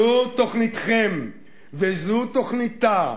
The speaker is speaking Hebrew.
זו תוכניתכם וזו תוכניתה,